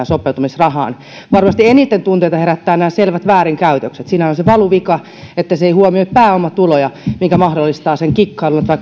sopeutumisrahaan varmasti eniten tunteita herättävät nämä selvät väärinkäytökset siinä on se valuvika että se ei huomioi pääomatuloja mikä mahdollistaa sen kikkailun että vaikka